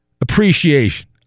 appreciation